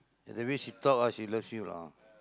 ya the way she talk ah she loves you lah